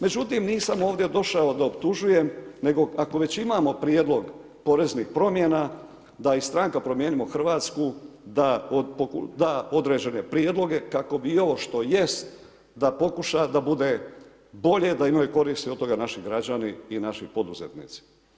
Međutim, nisam ovdje došao da optužujem nego ako već imamo prijedlog poreznih promjena, da i stranka Promijenimo Hrvatsku, da određene prijedloge, kako bi ovo što jest, da pokuša da bude bolje, da imaju koristi od toga naši građani i naši poduzetnici.